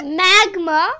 magma